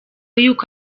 y’uko